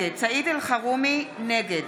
נגד